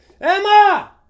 Emma